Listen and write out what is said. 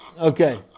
Okay